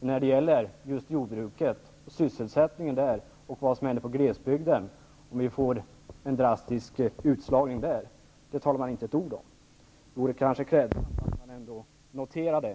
Men sysselsättningen inom jordbruket och vad som kommer att hända i glesbygden, att vi får en drastisk utslagning där, säger man inte ett ord om. Det är märkligt. Det vore kanske klädsamt att ändå notera